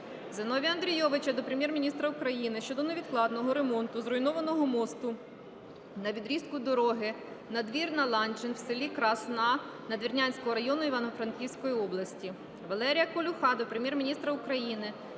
Зіновія Андрійовича до Прем'єр-міністра України щодо невідкладного ремонту зруйнованого моста на відрізку дороги Надвірна-Ланчин в селі Красна Надвірнянського району Івано-Франківської області. Валерія Колюха до Прем'єр-міністра України